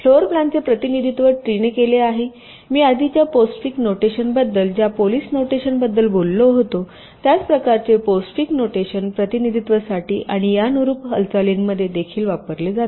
floor प्लॅनचे प्रतिनिधित्व ट्रीने केले आहे आणि मी आधीच्या पोस्टफिक्स नोटेशन बद्दल ज्या पॉलिश नोटेशन बद्दल बोललो होतो त्याच प्रकारचे पोस्टफिक्स नोटेशन प्रतिनिधित्त्वसाठी आणि यानुरूप हालचालींमध्ये देखील वापरले जाते